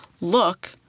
look